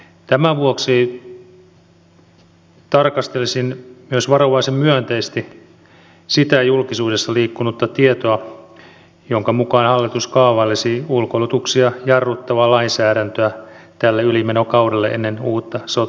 tämän vuoksi tarkastelisin myös varovaisen myönteisesti sitä julkisuudessa liikkunutta tietoa jonka mukaan hallitus kaavailisi ulkoistuksia jarruttavaa lainsäädäntöä tälle ylimenokaudelle ennen uutta sote lainsäädäntöä